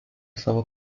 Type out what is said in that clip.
savo